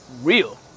real